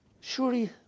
Surely